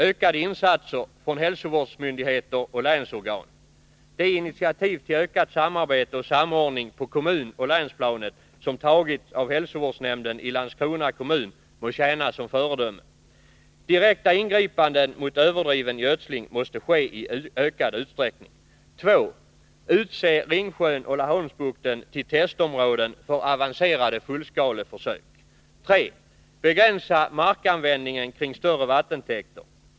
Ökade insatser från hälsovårdsmyndigheter och länsorgan. De initiativ till ökat samarbete och samordning på kommunoch länsplanet som tagits av hälsovårdsnämnden i Landskrona kommun må tjäna som föredöme. Direkta ingripanden mot överdriven gödsling måste ske i ökad utsträckning. 2. Utse Ringsjön och Laholmsbukten till testområden för avancerade fullskaleförsök. 3. Begränsa markanvändningen kring större vattentäkter.